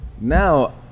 now